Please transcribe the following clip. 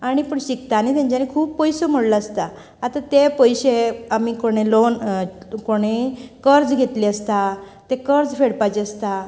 आनी पूण शिकतना तेंच्यानी खूब पयसो मोडलो आसता आता तें पयशें आमी कोणी लॉन कोणय कर्ज घेतिलीं आसता ते कर्ज फेडपाचें आसता